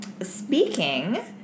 Speaking